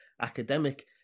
academic